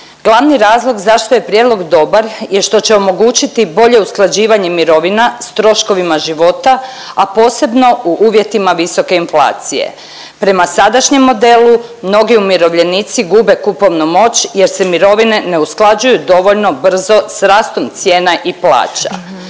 Glavni razlog zašto je prijedlog dobar je što će omogućiti bolje usklađivanje mirovina s troškovima života, a posebno u uvjetima visoke inflacije. Prema sadašnjem modelu mnogi umirovljenici gube kupovnu moć jer se mirovine ne usklađuju dovoljno brzo s rastom cijena i plaća.